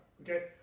Okay